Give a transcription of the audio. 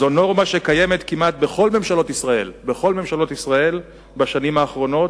זו נורמה שקיימת כמעט בכל ממשלות ישראל בשנים האחרונות,